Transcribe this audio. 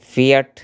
Fiat